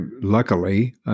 luckily